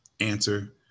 answer